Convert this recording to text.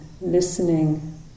listening